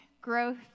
growth